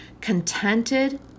contented